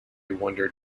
wondered